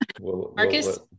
Marcus